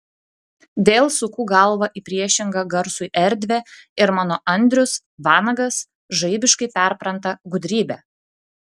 vėl suku galvą į priešingą garsui erdvę ir mano andrius vanagas žaibiškai perpranta gudrybę